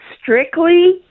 strictly